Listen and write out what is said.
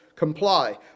comply